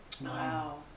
Wow